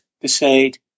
decide